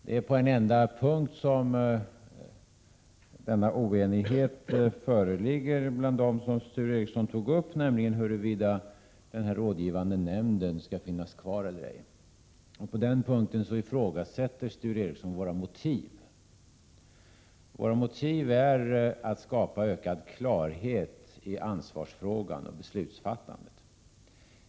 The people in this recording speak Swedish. Det är på en enda punkt av dem som Sture Ericson tog upp där oenighet föreligger, nämligen huruvida den rådgivande nämnden skall finnas kvar eller ej. På den punkten ifrågasätter Sture Ericson de motiv som vi reservanter har. Våra motiv är att skapa ökad klarhet i ansvarsfrågan och beslutsfattandet.